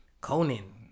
Conan